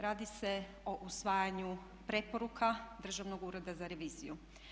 Radi se o usvajanju preporuka Državnog ureda za reviziju.